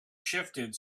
shifted